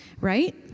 right